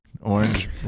Orange